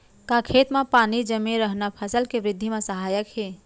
का खेत म पानी जमे रहना फसल के वृद्धि म सहायक हे?